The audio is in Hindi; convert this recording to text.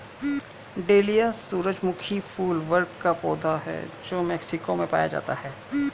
डेलिया सूरजमुखी फूल वर्ग का पौधा है जो मेक्सिको में पाया जाता है